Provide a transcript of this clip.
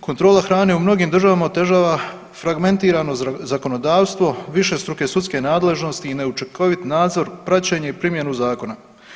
Kontrola hrane u mnogim državama otežava fragmentirano zakonodavstvo, višestruke sudske nadležnosti i neučinkovit nadzor praćenja i primjenu zakona.